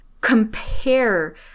compare